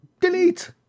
Delete